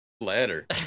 ladder